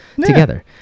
together